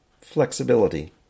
Flexibility